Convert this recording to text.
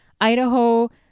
Idaho